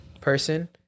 person